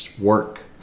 work